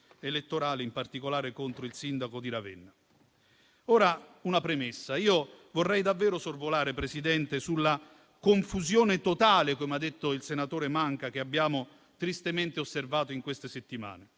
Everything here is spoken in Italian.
elettorale, in particolare contro il sindaco di Ravenna. Signor Presidente, faccio una premessa. Io vorrei davvero sorvolare sulla confusione totale che, come ha detto il senatore Manca, abbiamo tristemente osservato in queste settimane: